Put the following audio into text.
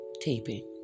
taping